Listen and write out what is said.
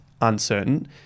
uncertain